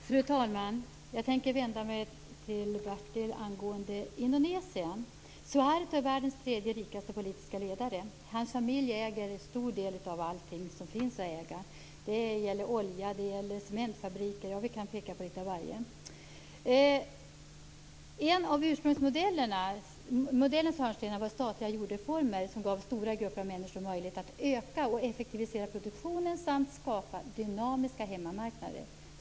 Fru talman! Jag tänker vända mig till Bertil Persson angående Indonesien. Suharto är världens tredje rikaste politiska ledare. Hans familj äger en stor del av allting som finns att äga. Det gäller olja, det gäller cementfabriker, ja, vi kan peka på litet av varje. En av ursprungsmodellens hörnstenar var statliga jordreformer som gav stora grupper av människor möjlighet att öka och effektivisera produktionen samt skapa dynamiska hemmamarknader.